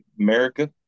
America